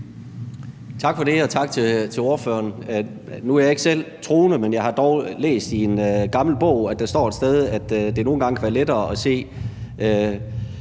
Tak for det, og tak til ordføreren. Nu er jeg ikke selv troende, men jeg har dog læst i en gammel bog, at der står et sted, at det nogle gange kan være lettere at se